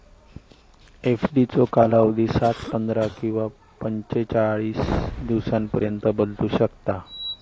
एफडीचो कालावधी सात, पंधरा किंवा पंचेचाळीस दिवसांपर्यंत बदलू शकता